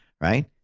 Right